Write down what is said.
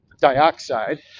dioxide